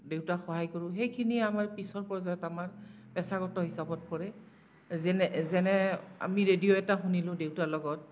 দেউতাক সহায় কৰোঁ সেইখিনিয়ে আমাক পিছৰ পৰ্যায়ত আমাৰ পেছাগত হিচাপত পৰে যেনে যেনে আমি ৰেডিঅ' এটা শুনিলোঁ দেউতাৰ লগত